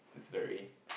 it's very